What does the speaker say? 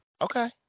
Okay